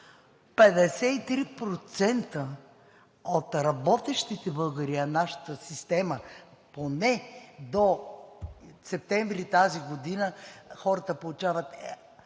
53% от работещите в нашата система – поне до септември тази година, хората получават